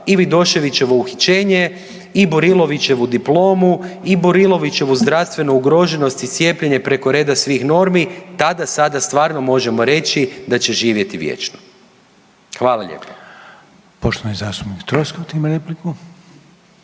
i Vidoševićevo uhićenje i Burilovićevu diplomu i Burilovićevu zdravstvenu ugroženost i cijepljenje preko reda svih normi, tada sada stvarno možemo reći da će živjeti vječno. Hvala lijepo. **Reiner, Željko